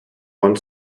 one